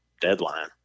deadline